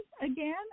again